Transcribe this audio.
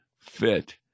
fit